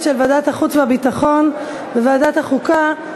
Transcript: של ועדת החוץ והביטחון וועדת החוקה,